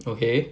okay